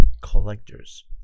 collectors